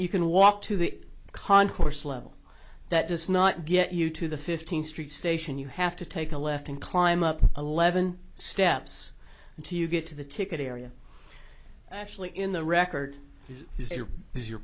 you can walk to the concourse level that does not get you to the fifteenth street station you have to take a left and climb up eleven steps until you get to the ticket area actually in the record is